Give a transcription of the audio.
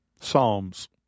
Psalms